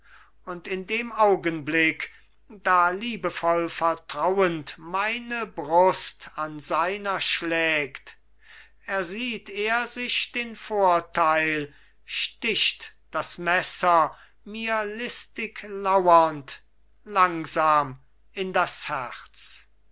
und in dem augenblick da liebevoll vertrauend meine brust an seiner schlägt ersieht er sich den vorteil sticht das messer mir listig lauernd langsam in das herz